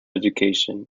education